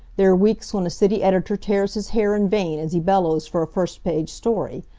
there are weeks when a city editor tears his hair in vain as he bellows for a first-page story.